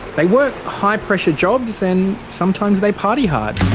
they work high-pressure jobs, and sometimes they party hard.